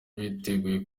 biteguye